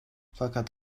fakat